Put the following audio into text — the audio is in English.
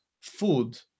food